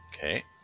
Okay